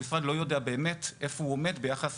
המשרד לא יודע באמת איפה הוא עומד ביחס